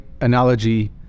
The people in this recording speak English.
analogy